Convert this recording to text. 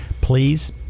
Please